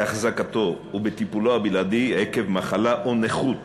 בהחזקתו ובטיפולו הבלעדי, עקב מחלה או נכות